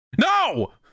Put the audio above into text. No